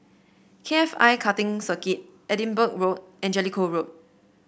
K F I Karting Circuit Edinburgh Road and Jellicoe Road